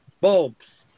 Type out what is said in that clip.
bulbs